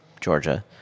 Georgia